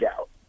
out